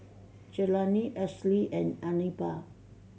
Jelani Esley and Anibal